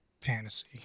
fantasy